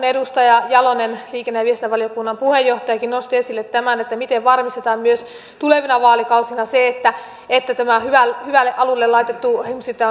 edustaja jalonen liikenne ja viestintävaliokunnan puheenjohtajakin nosti esille tämän miten varmistetaan myös tulevina vaalikausina se että tämä hyvälle hyvälle alulle laitettu